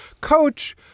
coach